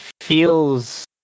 feels